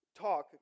talk